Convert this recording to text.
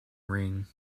ring